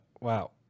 wow